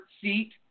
seat